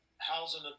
Housing